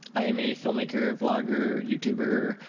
i am a filmmaker, bloger, youtuber.